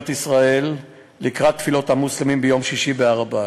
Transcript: ישראל לקראת תפילות המוסלמים ביום שישי בהר-הבית,